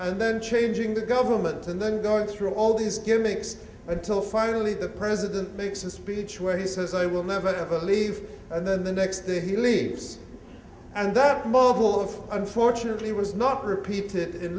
and then changing the government and then going through all these gimmicks until finally the president makes a speech where he says i will never leave and then the next day he leaves and that mobile of unfortunately was not repeated i